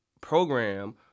program